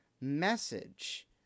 message